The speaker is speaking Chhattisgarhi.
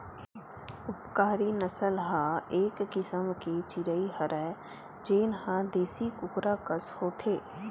उपकारी नसल ह एक किसम के चिरई हरय जेन ह देसी कुकरा कस होथे